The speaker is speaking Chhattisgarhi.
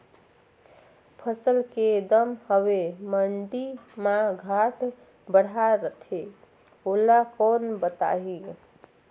फसल के दम हवे मंडी मा घाट बढ़ा रथे ओला कोन बताही?